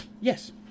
yes